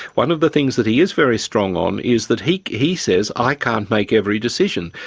one of the things that he is very strong on is that he he says, i can't make every decision.